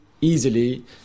easily